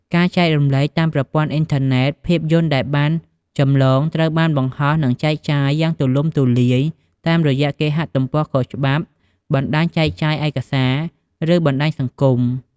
ការចែករំលែកតាមប្រព័ន្ធអ៊ីនធឺណិត ភាពយន្តដែលបានចម្លងត្រូវបានបង្ហោះ និងចែករំលែកយ៉ាងទូលំទូលាយតាមរយៈគេហទំព័រខុសច្បាប់ បណ្តាញចែកចាយឯកសារ ឬបណ្តាញសង្គម។